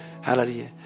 Hallelujah